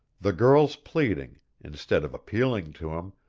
the girl's pleading, instead of appealing to him,